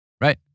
right